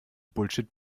bullshit